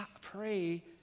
pray